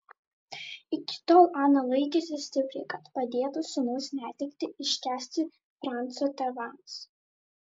iki tol ana laikėsi stipriai kad padėtų sūnaus netektį iškęsti franco tėvams